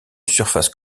surface